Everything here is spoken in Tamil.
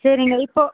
சரிங்க இப்போ